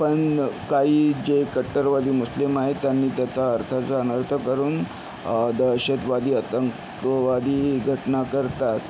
पण काही जे कट्टरवादी मुस्लिम आहेत त्यांनी त्याचा अर्थाचा अनर्थ करून दहशतवादी आतंकवादी घटना करतात